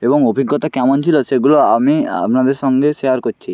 এবং অভিজ্ঞতা কেমন ছিলো সেইগুলো আমি আপনাদের সঙ্গে শেয়ার করছি